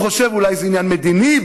הוא חושב שאולי זה עניין מדיני,